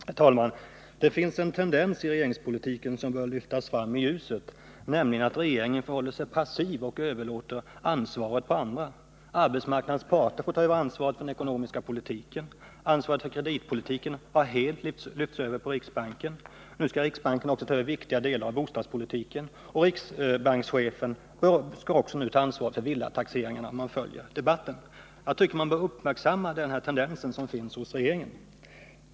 Herr talman! Det finns en tendens i regeringspolitiken som bör lyftas fram i ljuset, nämliged att regeringen förhåller sig passiv och överlåter ansvaret på andra. Arbetsmarknadens parter får ta över ansvaret för den ekonomiska politiken. Ansvaret för kreditpolitiken har helt lyfts över på riksbanken. Nu skall riksbanken också ta över viktiga delar av bostadspolitiken. Och riksbankschefen skall nu dessutom ta ansvaret för villataxeringarna — det framgår om man följer debatten. Jag tycker att man bör uppmärksamma den här tendensen hos regeringen.